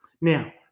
Now